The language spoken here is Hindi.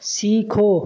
सीखो